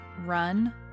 run